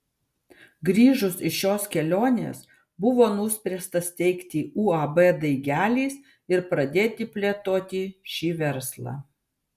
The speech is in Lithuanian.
grįžus iš šios kelionės buvo nuspręsta steigti uab daigelis ir pradėti plėtoti šį verslą